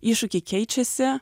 iššūkiai keičiasi